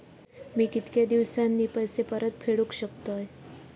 मी कीतक्या दिवसांनी पैसे परत फेडुक शकतय?